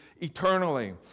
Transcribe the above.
eternally